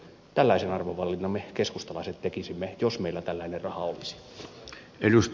tällaisen arvovalinnan me keskustalaiset tekisimme jos meillä tällainen raha olisi